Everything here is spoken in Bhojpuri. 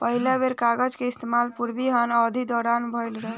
पहिला बेर कागज के इस्तेमाल पूर्वी हान अवधि के दौरान भईल रहे